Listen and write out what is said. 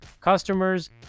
Customers